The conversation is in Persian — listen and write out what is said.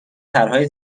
طرحهای